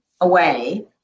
away